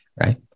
Right